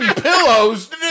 pillows